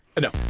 No